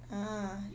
ah